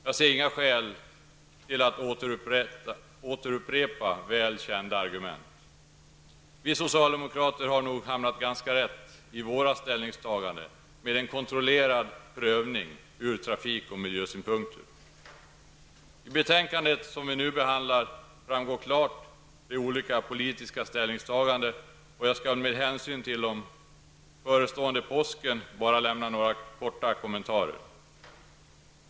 Jag ser inget skäl till att återupprepa väl kända argument. Vi socialdemokrater har nog hamnat ganska rätt i våra ställningstaganden med en kontrollerad prövning ur trafik och miljösynpunkter. I det betänkande som vi nu behandlar framgår klart de olika politiska ställningstagandena. Jag skall med hänsyn till den förestående påsken bara lämna några korta kommentarer.